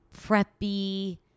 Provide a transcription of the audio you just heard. preppy